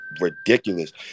ridiculous